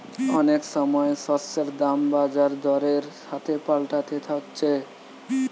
অনেক সময় শস্যের দাম বাজার দরের সাথে পাল্টাতে থাকছে